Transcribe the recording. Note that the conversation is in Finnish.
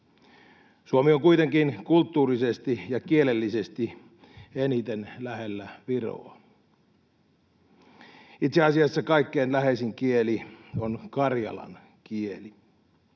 Suomi on kuitenkin kulttuurisesti ja kielellisesti eniten lähellä Viroa. Itse asiassa kaikkein läheisin kieli on karjalan kieli.